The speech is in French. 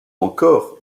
encore